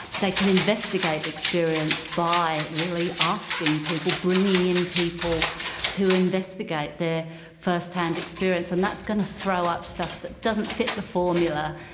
they can investigate experience by really asking people, bringing in people to investigate their first-hand experience, and that's going to throw up stuff that doesn't fit the formula.